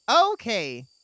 okay